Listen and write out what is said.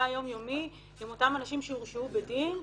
היומיומי עם אותם אנשים שהורשעו בדין,